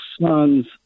sons